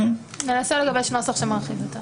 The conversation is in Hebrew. ננסה לגבש משהו מרחיב יותר.